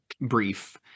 brief